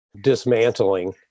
dismantling